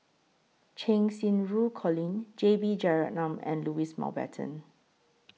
Cheng Xinru Colin J B Jeyaretnam and Louis Mountbatten